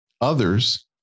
others